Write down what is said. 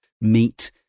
meet